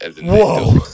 Whoa